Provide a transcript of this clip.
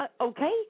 Okay